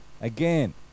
again